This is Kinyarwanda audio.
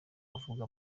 avuga